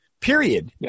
period